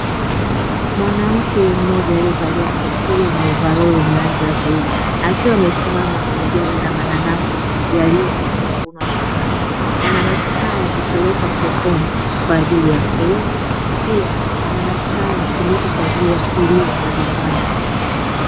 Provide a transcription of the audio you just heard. Mwanamke mmoja alievalia kofia na ovaroli lenye rangi ya bluu akiwa amesimama kwenye gari la mananasi yaliyotoka kuvunwa shambani, mananasi haya hupelekwa sokoni kwaajili ya kuuzwa pia mananasi haya hutumika kwaajili ya kuliwa majumbani